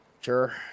sure